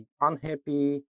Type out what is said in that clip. unhappy